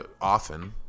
often